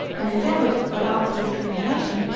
and endeavored, by artful dissimulation,